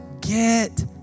get